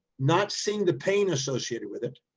not seeing the pain associated with it,